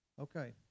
Okay